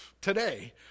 today